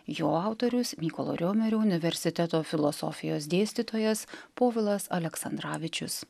jo autorius mykolo riomerio universiteto filosofijos dėstytojas povilas aleksandravičius